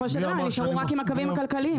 נשארו רק עם הקווים הכלכליים.